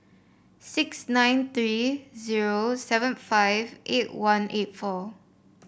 six nine three v seven five eight one eight four